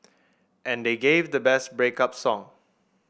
and they gave the best break up song